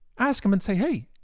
ask them and say, hey,